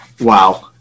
Wow